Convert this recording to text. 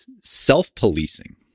Self-policing